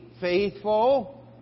faithful